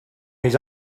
his